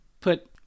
put